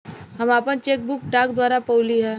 हम आपन cheque book डाक द्वारा पउली है